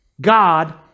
God